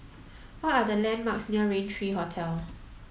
what are the landmarks near Raintr Hotel